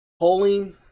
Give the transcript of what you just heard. polling